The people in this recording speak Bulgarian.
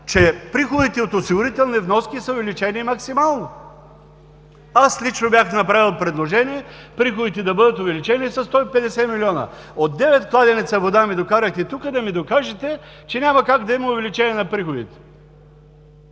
че приходите от осигурителни вноски са увеличени максимално?! Лично аз бях направил предложение приходите да бъдат увеличени със 150 милиона. От девет кладенеца вода ми докарахте тук, за да ми докажете, че няма как да има увеличение на приходите.